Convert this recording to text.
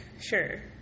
sure